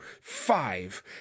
five